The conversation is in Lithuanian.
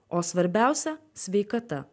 o svarbiausia sveikata